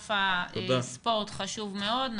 ענף הספורט חשוב מאוד.